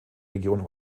region